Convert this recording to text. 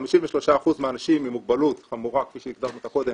כ-53% עם מוגבלות חמורה, כפי שהגדרנו אותה קודם,